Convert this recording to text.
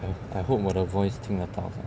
I hope 我的 voice 听得到 sia